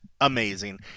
amazing